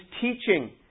teaching